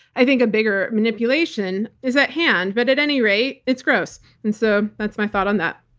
i think a bigger manipulation is at hand, but at any rate, it's gross. and so that's my thought on that.